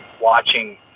watching